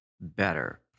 better